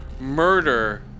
murder